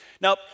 Now